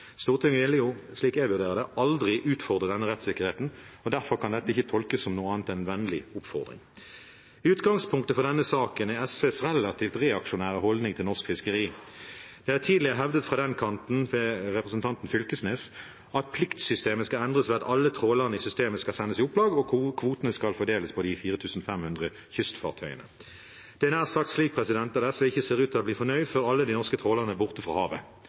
slik jeg vurderer det, aldri utfordret denne rettssikkerheten, og derfor kan dette ikke tolkes som noe annet enn en vennlig oppfordring. Utgangspunktet for denne saken er SVs relativt reaksjonære holdning til norsk fiskeri. Det er tidligere hevdet fra den kanten, ved representanten Knag Fylkesnes, at pliktsystemet skal endres ved at alle trålerne i systemet skal sendes i opplag og kvotene fordeles på de 4 500 kystfartøyene. Det er nær sagt slik at SV ikke ser ut til å bli fornøyd før alle de norske trålerne er borte fra havet.